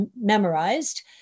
memorized